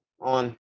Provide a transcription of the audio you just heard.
on